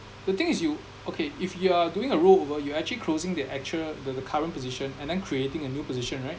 the thing is you okay if you're doing a rollover you're actually closing the actual the the current position and then creating a new position right